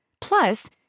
Plus